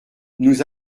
nous